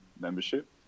membership